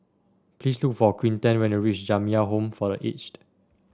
please look for Quinten when you reach Jamiyah Home for The Aged